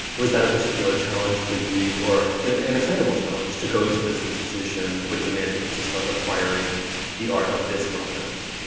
was that a particular challenge for you or an excitable challenge to go to this institution with the mandate to start acquiring the art of this moment?